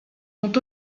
ont